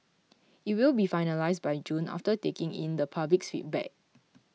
it will be finalised by June after taking in the public's feedback